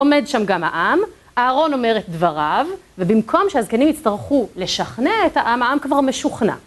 עומד שם גם העם, אהרון אומר את דבריו ובמקום שהזקנים יצטרכו לשכנע את העם, העם כבר משוכנע.